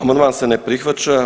Amandman se ne prihvaća.